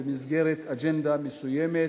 במסגרת אג'נדה מסוימת,